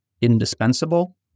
indispensable